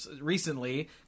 recently